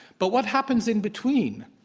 but what happens in between?